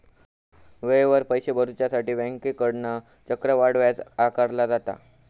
वेळेवर पैशे भरुसाठी बँकेकडना चक्रवाढ व्याज आकारला जाता